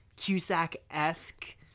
Cusack-esque